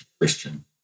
Christian